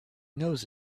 knows